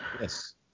Yes